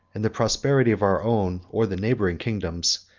and the prosperity of our own, or the neighboring kingdoms,